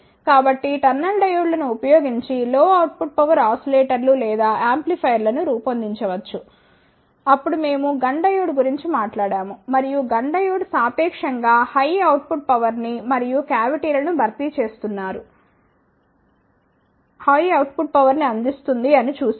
కాబట్టి tunnel diode లను ఉపయోగించి లో అవుట్ పుట్ పవర్ ఓసిలేటర్లు లేదా యాంప్లిఫైయర్ లను రూపొందించవచ్చు అప్పుడు మేము GUNN డయోడ్ గురించి మాట్లాడాము మరియు GUNN డయోడ్ సాపేక్షం గా హై అవుట్ పుట్ పవర్ ని అందిస్తుంది అని చూశాము